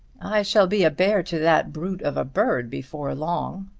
i shall be a bear to that brute of a bird before long.